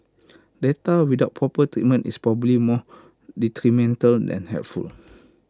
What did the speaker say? data without proper treatment is probably more detrimental than helpful